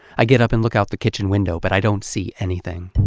i get up and look out the kitchen window, but i don't see anything.